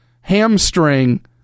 hamstring